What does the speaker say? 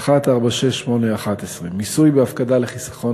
(4), (6), (8), (11), מיסוי בהפקדה לחיסכון